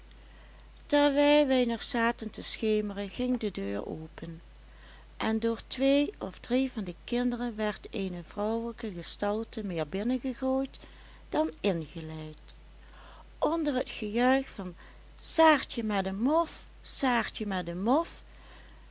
terwijl wij nog zaten te schemeren ging de deur open en door twee of drie van de kinderen werd eene vrouwelijke gestalte meer binnengegooid dan ingeleid onder het gejuich van saartje met een mof saartje met een mof